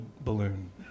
balloon